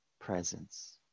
presence